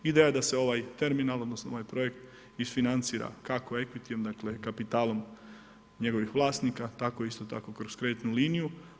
Ideja je da se ovaj terminal odnosno ovaj projekt isfinancira kako activity dakle kapitalom njegovih vlasnika tako isto tako kroz kreditnu liniju.